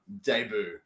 debut